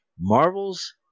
Marvel's